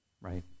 Right